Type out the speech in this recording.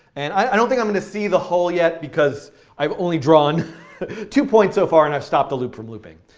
and i don't think i'm going to see the hull yet. because i've only drawn two points so far, and i've stopped the loop from looping.